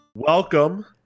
Welcome